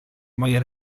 moje